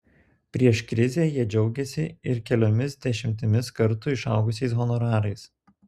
prieš krizę jie džiaugėsi ir keliomis dešimtimis kartų išaugusiais honorarais